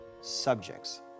subjects